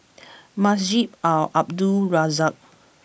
Masjid Al Abdul Razak